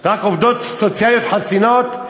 רק עובדות סוציאליות חסינות?